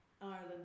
Ireland